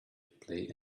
play